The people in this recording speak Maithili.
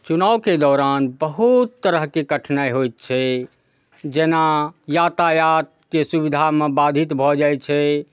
चुनावके दौरान बहुत तरहके कठिनाइ होइत छै जेना यातायातके सुविधामे बाधित भऽ जाइ छै